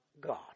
God